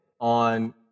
on